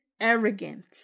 arrogant